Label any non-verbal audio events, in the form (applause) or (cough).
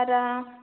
(unintelligible)